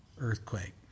earthquake